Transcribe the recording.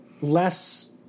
Less